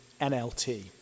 NLT